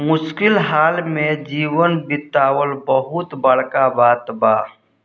मुश्किल हाल में जीवन बीतावल बहुत बड़का बात बा